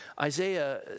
Isaiah